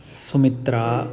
Sumitra